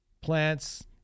plants